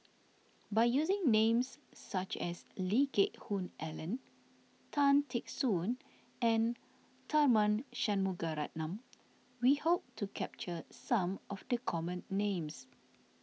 by using names such as Lee Geck Hoon Ellen Tan Teck Soon and Tharman Shanmugaratnam we hope to capture some of the common names